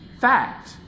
fact